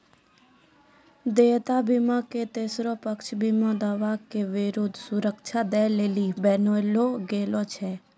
देयता बीमा के तेसरो पक्ष बीमा दावा के विरुद्ध सुरक्षा दै लेली बनैलो गेलौ छै